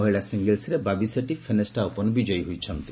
ମହିଳା ସିଙ୍ଗିଲ୍ସରେ ବାବି ସେଟ୍ଟି ଫେନେଷ୍ଟା ଓପନ୍ ବିଜୟୀ ହୋଇଛନ୍ତି